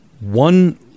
one